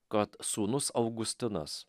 kad sūnus augustinas